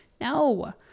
No